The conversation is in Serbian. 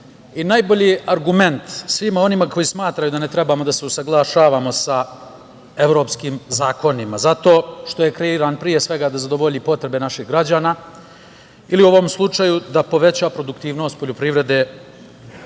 i najbolji argument svima onima koji smatraju da ne treba da se usaglašavamo sa evropskim zakonima zato što je kreiran, pre svega, da zadovolji potrebe naših građana ili u ovom slučaju da poveća produktivnost poljoprivrede